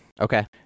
Okay